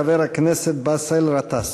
חבר הכנסת באסל גטאס.